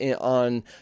on